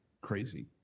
crazy